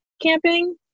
camping